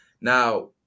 Now